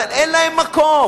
אבל אין להם מקום.